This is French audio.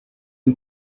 une